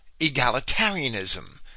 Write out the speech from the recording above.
egalitarianism